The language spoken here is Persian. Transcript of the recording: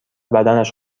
بدنش